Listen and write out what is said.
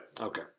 Okay